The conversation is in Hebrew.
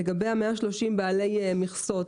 לגבי 130 בעלי מכסות,